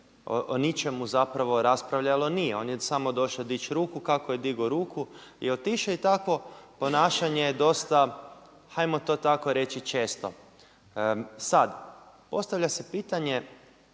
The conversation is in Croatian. o ničemu zapravo raspravljalo nije. On je samo došao dići ruku. Kako je digao ruku i otišao je. Takvo ponašanje je dosta ajmo to tako reći često. Sad, postavlja se pitanje